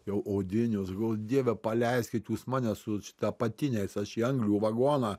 jau odinius aš galvo dieve paleiskit jūs mane su apatiniais aš į anglių vagoną